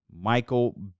Michael